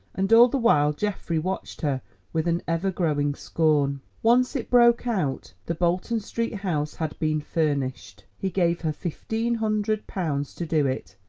and all the while geoffrey watched her with an ever-growing scorn. once it broke out. the bolton street house had been furnished he gave her fifteen hundred pounds to do it,